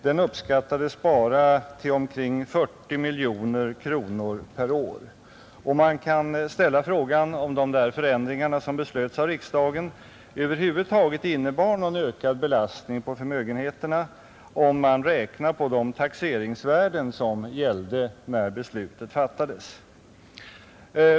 Den uppskattades bara till omkring 40 miljoner kronor per år, och man kan ställa frågan om de förändringar som beslöts av riksdagen över huvud taget innebar någon ökad belastning på förmögenheterna, om man räknar på de taxeringsvärden som gällde när beslutet fattades.